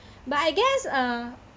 but I guess uh